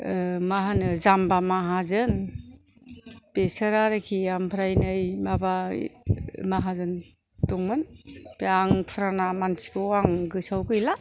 मा होनो जाम्बा माहाजोन बिसोर आरोखि ओमफ्राय नै माबा माहाजोन दंमोन आं फुराना मानसिखौ आं गोसोआव गैला